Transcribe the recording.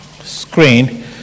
screen